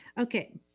Okay